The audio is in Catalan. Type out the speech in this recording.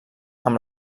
amb